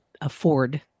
afford